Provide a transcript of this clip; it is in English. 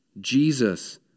Jesus